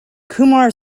kumar